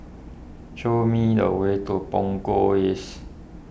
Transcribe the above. show me the way to Punggol East